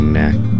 neck